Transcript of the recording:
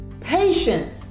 patience